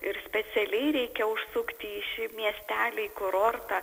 ir specialiai reikia užsukti į šį miestelį kurortą